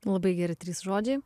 labai geri trys žodžiai